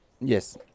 Yes